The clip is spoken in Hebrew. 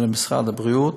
ולמשרד הבריאות,